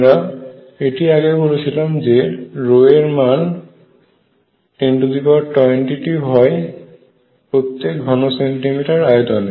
আমরা এটি আগে বলেছিলাম যে ρ এর মান 1022 হয় প্রত্যেকে ঘন সেন্টিমিটার আয়তনে